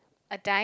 a ti~